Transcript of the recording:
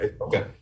okay